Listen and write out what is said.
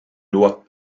loi